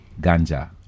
ganja